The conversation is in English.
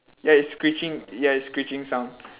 ya it's screeching ya it's screeching sound